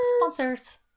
sponsors